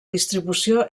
distribució